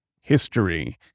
History